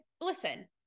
listen